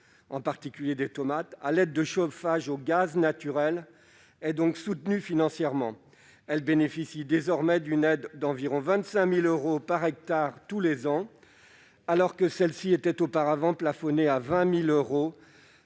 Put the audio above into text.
en particulier des tomates, à l'aide de chauffage au gaz naturel est donc soutenue financièrement : elle bénéficie désormais d'une aide d'environ 25 000 euros par hectare tous les ans. Auparavant, le remboursement était plafonné à 20 000 euros